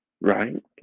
right